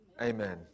Amen